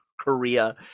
korea